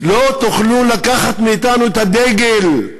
לא תוכלו לקחת מאתנו את הדגל.